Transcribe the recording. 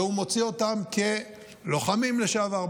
והוא מוציא אותם כלוחמים לשעבר,